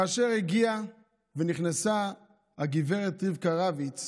כאשר הגיעה גב' רבקה רביץ